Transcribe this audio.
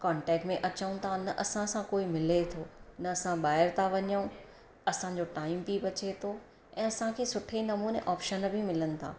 contact में अचऊं था न असांसां कोई मिले थो न असां ॿाहिरि था वञऊं असांजो टाइम बि बचे थो ऐं असांखे सुठे नमूने ऑप्शन बि मिलनि था